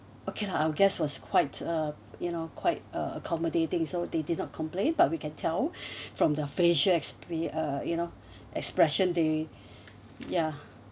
okay lah our guests was quite uh you know quite uh accommodating so they did not complain but we can tell from the facial expre~ uh you know expression they ya